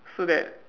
so that